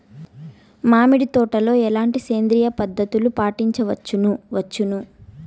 మామిడి తోటలో ఎట్లాంటి సేంద్రియ పద్ధతులు పాటించవచ్చును వచ్చును?